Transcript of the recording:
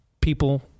people